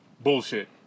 bullshit